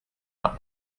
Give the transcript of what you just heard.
one